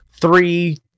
three